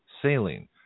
saline